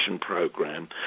program